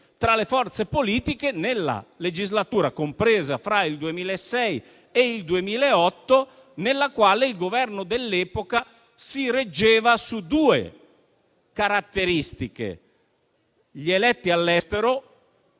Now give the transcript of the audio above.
tra le forze politiche nella legislatura compresa fra il 2006 e il 2008, nella quale il Governo dell'epoca si reggeva su due caratteristiche. Mi riferisco agli eletti all'estero